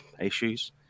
issues